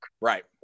right